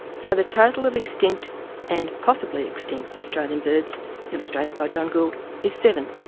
so the total of extinct and possibly extinct australian birds illustrated by john gould is seven,